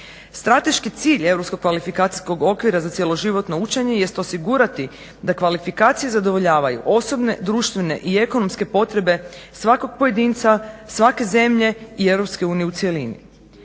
kvalifikacijskog okvira za cjeloživotno učenje jest osigurati da kvalifikacije zadovoljavaju osobne, društvene i ekonomske potrebe svakog pojedinca, svake zemlje i EU u cjelini.